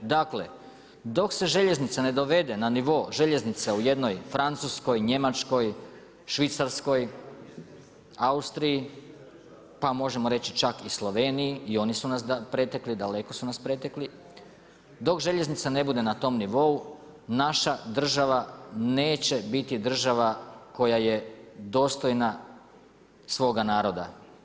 Dakle dok se željeznice ne dovede na nivo željeznice u jednoj Francuskoj, Njemačkoj, Švicarskoj, Austriji pa možemo reći čak i Sloveniji i oni su nas pretekli, daleko su nas pretekli, dok željeznica ne bude na tom nivou, naša država neće biti država koja je dostojna svoga naroda.